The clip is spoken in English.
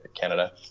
Canada